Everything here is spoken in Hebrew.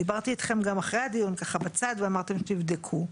דיברתי איתכם גם אחרי הדיון ככה בצד ואמרתם שתבדקו,